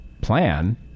plan